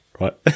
Right